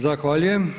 Zahvaljujem.